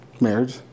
Marriage